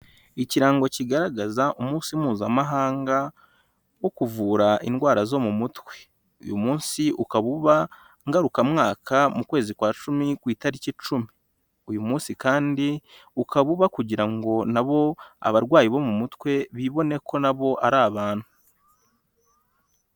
Ikirango kigaragaza umunsi mpuzamahanga wo kuvura indwara zo mu mutwe. Uyu munsi ukaba uba ngarukamwaka mu kwezi kwa cumi, ku itariki icumi. Uyu munsi kandi ukaba uba kugira ngo nabo abarwayi bo mu mutwe bibone ko nabo ari abantu.